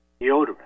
deodorant